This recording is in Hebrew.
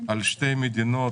אחרי שתי מדינות